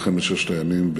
מלחמת ששת הימים,